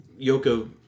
Yoko